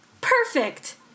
Perfect